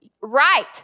Right